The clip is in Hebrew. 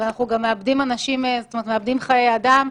אנחנו גם מאבדים חיי אדם.